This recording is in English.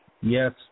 Yes